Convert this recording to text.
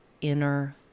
inner